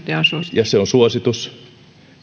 ja se on suositus